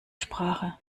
sprache